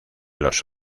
los